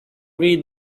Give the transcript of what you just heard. read